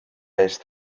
eest